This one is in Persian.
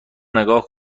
نگاه